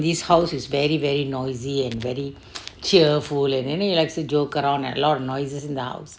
this house is very very noisy and very cheerful and any you likes a joke around at lot of noises in the house